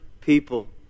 people